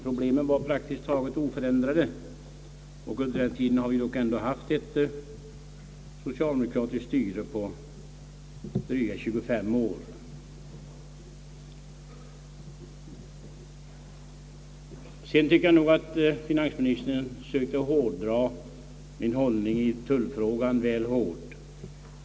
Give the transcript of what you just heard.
Problemen är praktiskt taget oförändrade, och under den tiden har vi dock haft ett socialdemokratiskt styre i dryga 25 år. Vidare tycker jag att finansministern sökte hårdra min hållning i tullfrågan väl mycket.